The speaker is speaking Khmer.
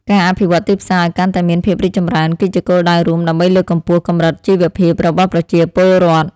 ការអភិវឌ្ឍទីផ្សារឱ្យកាន់តែមានភាពរីកចម្រើនគឺជាគោលដៅរួមដើម្បីលើកកម្ពស់កម្រិតជីវភាពរបស់ប្រជាពលរដ្ឋ។